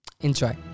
Enjoy